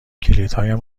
کلیدهایم